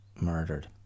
murdered